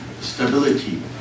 stability